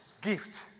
gift